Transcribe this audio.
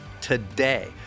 today